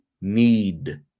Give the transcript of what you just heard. need